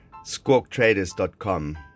SquawkTraders.com